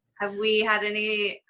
have we had any?